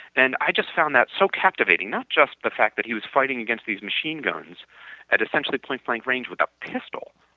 and i just found that so captivating not just the fact that he was fighting against these machine guns at essentially point-black range with a pistol,